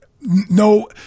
no